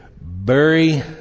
bury